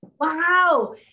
Wow